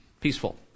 peaceful